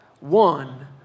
one